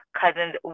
cousins